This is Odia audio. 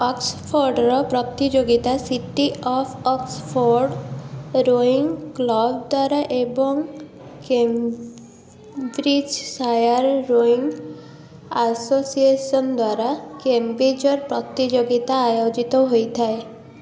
ଅକ୍ସଫୋର୍ଡ଼ର ପ୍ରତିଯୋଗିତା city of Oxford rowing club ଦ୍ୱାରା ଏବଂ କେମ୍ବ୍ରିଜ୍ ସାୟାର୍ ରୋଇଂ ଆସୋସିଏସନ୍ ଦ୍ୱାରା କେମ୍ବ୍ରିଜ୍ର ପ୍ରତିଯୋଗିତା ଆୟୋଜିତ ହୋଇଥାଏ